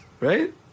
Right